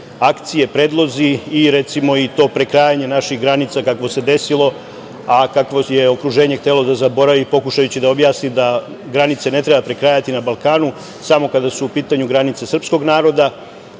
akcije, predlozi i, recimo, i to prekrajanje naših granica, kakvo se desilo, a kakvo je okruženje htelo da zaboravi, pokušavajući da objasni da granice ne treba prekrajati na Balkanu, a samo kada su u pitanju granice srpskog naroda